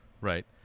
right